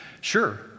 Sure